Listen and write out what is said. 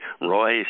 Roy